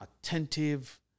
attentive